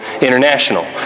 international